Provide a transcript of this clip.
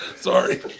Sorry